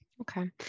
Okay